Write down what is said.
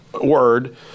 word